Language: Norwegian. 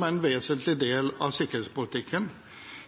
en vesentlig del av sikkerhetspolitikken,